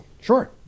sure